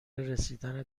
رسیدن